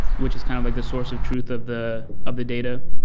which is kind of like the source of truth of the of the data.